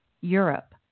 Europe